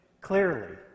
clearly